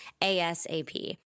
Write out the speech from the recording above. ASAP